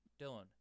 Dylan